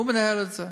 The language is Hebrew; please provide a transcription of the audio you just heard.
הוא מנהל את זה.